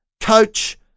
coach